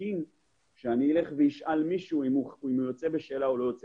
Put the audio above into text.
תקין שאני אלך ואשאל מישהו אם הוא יוצא בשאלה או לא.